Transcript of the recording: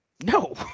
No